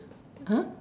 !huh!